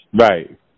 Right